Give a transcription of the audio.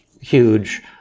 huge